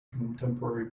contemporary